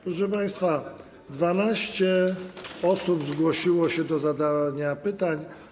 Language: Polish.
Proszę państwa, 12 osób zgłosiło się do zadania pytań.